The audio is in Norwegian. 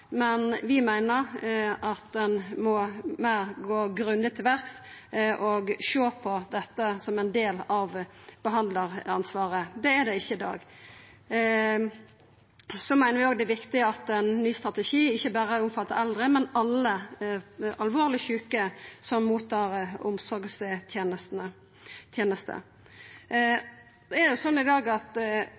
Men vi meiner at ein må gå grundig til verks og sjå på dette som ein del av behandlaransvaret. Det er det ikkje i dag. Så meiner vi òg at det er viktig at ein ny strategi ikkje berre omfattar eldre, men alle alvorleg sjuke som tar imot omsorgstenester. Det er slik i dag at